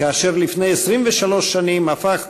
כאשר לפני 23 שנים הפך חוק-יסוד: